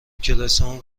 کلاسمون